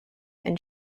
and